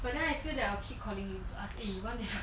but then I feel that I'll keep calling you to ask me you want this